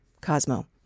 Cosmo